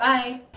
Bye